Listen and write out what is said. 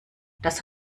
das